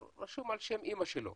הוא רשום על שם אמא שלו,